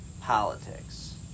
politics